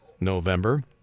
November